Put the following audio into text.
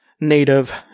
native